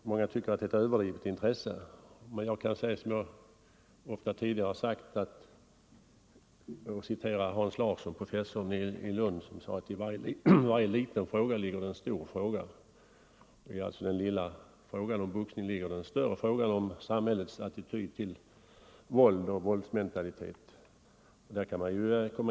Många tycker att det är ett överdrivet intresse, men jag kan som jag ofta tidigare gjort citera professor Hans Larsson i Lund som sade att i varje liten fråga ligger det en stor fråga. I den lilla frågan om boxningen ligger alltså den större frågan om samhällets attityd till våld och våldsmentalitet.